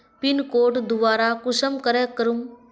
Pin code दोबारा कुंसम करे करूम?